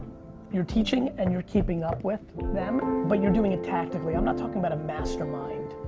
you're teaching and you're keeping up with them, but you're doing it tactically. i'm not talking about a mastermind,